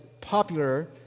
popular